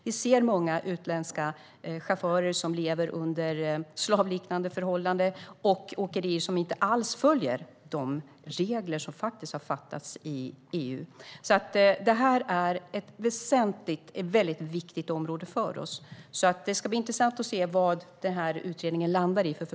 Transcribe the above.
Vi ser många utländska chaufförer som lever under slavliknande förhållanden och åkerier som inte alls följer de regler som har beslutats i EU. Detta är ett väldigt viktigt område för oss, och det ska bli intressant att se vilka förslag utredningen landar i.